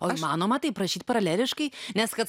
o įmanoma taip rašyt paraleliškai nes kad